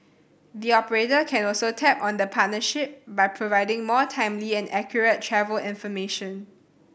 the operator can also tap on the partnership by providing more timely and accurate travel information